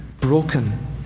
broken